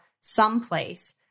Someplace